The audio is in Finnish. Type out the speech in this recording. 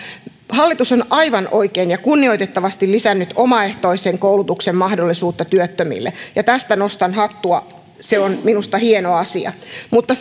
hallitus on aivan oikein ja kunnioitettavasti lisännyt omaehtoisen koulutuksen mahdollisuutta työttömille tästä nostan hattua se on minusta hieno asia mutta